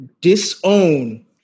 disown